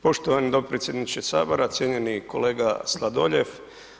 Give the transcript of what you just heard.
Poštovani dopredsjedniče Sabora, cijenjeni kolega Sladoljev.